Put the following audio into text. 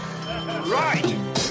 Right